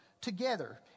together